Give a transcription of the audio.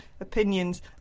opinions